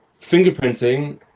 fingerprinting